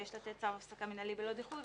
ויש לתת צו הפסקה מינהלי בלא דיחוי,